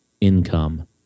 income